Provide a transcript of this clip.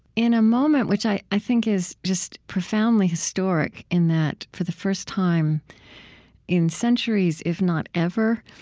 in a moment which i i think is just profoundly historic in that for the first time in centuries, if not ever,